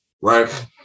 right